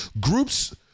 groups